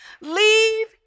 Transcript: leave